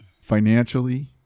Financially